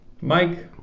Mike